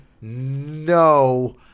no